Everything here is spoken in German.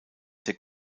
der